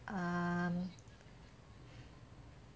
um